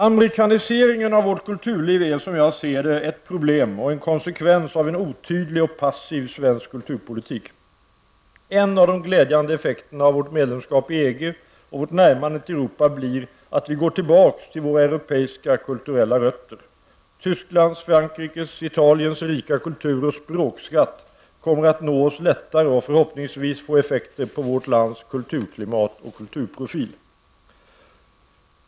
Amerikaniseringen av vårt kulturliv är, som jag ser det, ett problem och en konsekvens av en otydlig och passiv svensk kulturpolitik. En av de glädjande effekterna av vårt medlemskap i EG och vårt närmande till Europa blir att vi går tillbaka till våra europeiska kulturella rötter. Tysklands, Frankrikes och Italiens rika kultur och språkskatt kommer att nå oss lättare och förhoppningsvis få effekter på vårt lands kulturklimat och kulturprofil.